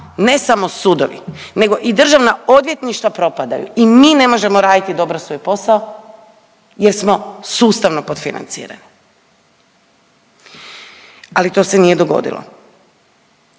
ne samo sudovi nego i državna odvjetništva propadaju i mi ne možemo raditi dobro svoj posao jer smo sustavno podfinancirani, ali to se nije dogodilo.